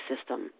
system